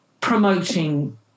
promoting